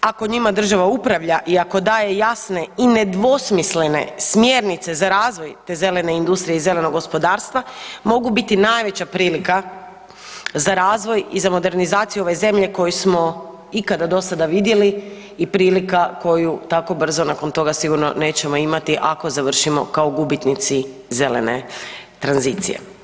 ako njima država upravlja i ako daje jasne i nedvosmislene smjernice za razvoj te zelene industrije i zelenog gospodarstva, mogu biti najveća prilika za razvoj i za modernizaciju ove Zemlje koju smo ikada do sada vidjeli i prilika koju tako brzo nakon toga, sigurno nećemo imati, ako završimo kao gubitnici zelene tranzicije.